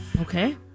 Okay